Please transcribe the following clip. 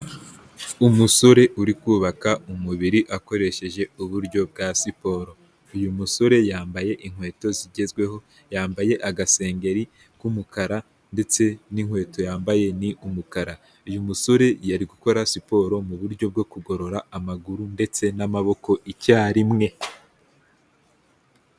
Umusore uri kubaka umubiri akoresheje uburyo bwa siporo, uyu musore yambaye inkweto zigezweho, yambaye agaseri k'umukara ndetse n'inkweto yambaye ni umukara, uyu musore ari gukora siporo mu buryo bwo kugorora amaguru ndetse n'amaboko icyarimwe.